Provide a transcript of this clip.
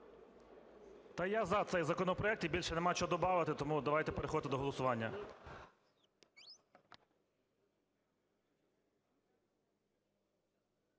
Я за цей законопроект, і більше нема чого добавити. Тому давайте переходити до голосування.